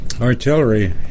artillery